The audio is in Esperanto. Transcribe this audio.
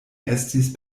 estis